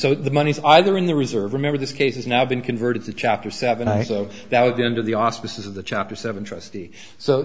so the money is either in the reserve remember this case has now been converted to chapter seven i so that at the end of the auspices of the chapter seven trustee so